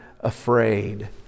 afraid